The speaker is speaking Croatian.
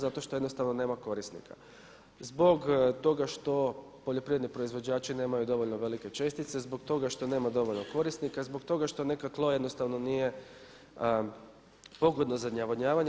Zato što jednostavno nema korisnika zbog toga što poljoprivredni proizvođači nemaju dovoljno velike čestice, zbog toga što nema dovoljno korisnika, zbog toga što nekada tlo jednostavno nije pogodno za navodnjavanje.